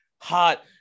hot